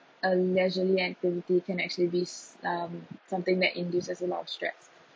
a leisurely activity can actually be um something that induces as a lot of stress